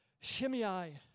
Shimei